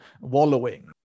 wallowing